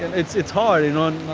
it's it's hard, and um